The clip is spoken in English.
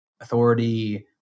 Authority